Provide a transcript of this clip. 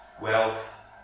wealth